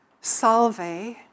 salve